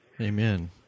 Amen